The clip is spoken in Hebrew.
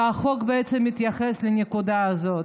ובעצם החוק מתייחס לנקודה הזאת: